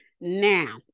Now